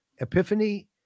epiphany